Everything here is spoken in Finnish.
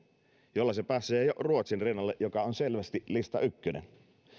jolla se pääsee jo ruotsin rinnalle joka on selvästi listaykkönen